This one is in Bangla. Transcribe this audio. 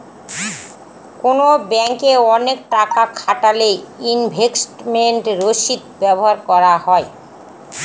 কোনো ব্যাঙ্কে অনেক টাকা খাটালে ইনভেস্টমেন্ট রসিদ ব্যবহার করতে হয়